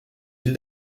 îles